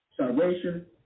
Salvation